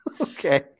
Okay